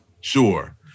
Sure